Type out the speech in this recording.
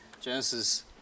Genesis